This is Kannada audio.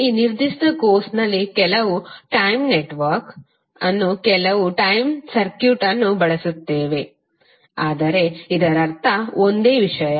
ಈ ನಿರ್ದಿಷ್ಟ ಕೋರ್ಸ್ನಲ್ಲಿ ಕೆಲವು ಟಯ್ಮ್ ನೆಟ್ವರ್ಕ್ ಅನ್ನು ಕೆಲವು ಟಯ್ಮ್ ಸರ್ಕ್ಯೂಟ್ ಅನ್ನು ಬಳಸುತ್ತೇವೆ ಆದರೆ ಇದರರ್ಥ ಒಂದೇ ವಿಷಯ